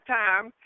time